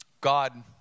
God